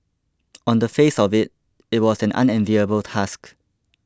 on the face of it it was an unenviable task